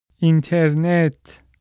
Internet